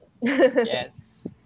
Yes